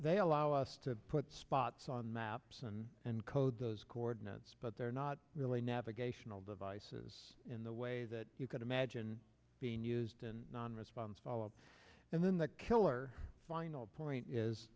they allow us to put spots on maps and code those coordinates but they're not really navigational devices in the way that you could imagine being used in non response follow up and then the killer final point is